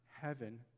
heaven